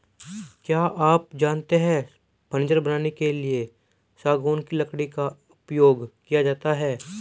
क्या आप जानते है फर्नीचर बनाने के लिए सागौन की लकड़ी का उपयोग किया जाता है